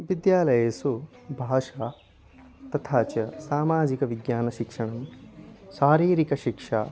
विद्यालयेषु भाषा तथा च सामाजिकविज्ञानशिक्षणं शारीरिकशिक्षा